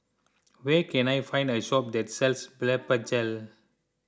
where can I find a shop that sells Blephagel